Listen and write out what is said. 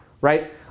right